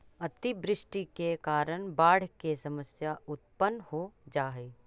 अतिवृष्टि के कारण बाढ़ के समस्या उत्पन्न हो जा हई